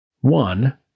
One